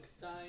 time